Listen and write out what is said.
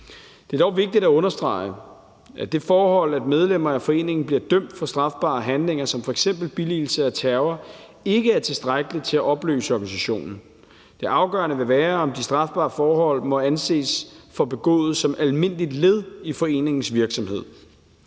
Det er dog vigtigt at understrege, at det forhold, at medlemmer af foreningen bliver dømt for strafbare handlinger som f.eks. billigelse af terror, ikke er tilstrækkeligt til at opløse organisationen. Det afgørende vil være, om de strafbare forhold må anses for begået som almindeligt led i foreningens virksomhed.